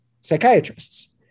Psychiatrists